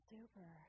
Super